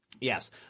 Yes